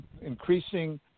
increasing